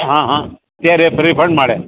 હાં હાં કેર એફડી પણ મળે